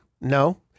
No